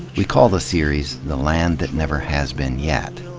we call the series the land that never has been yet.